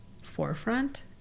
forefront